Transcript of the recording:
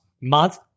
month